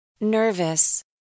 Nervous